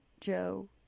joe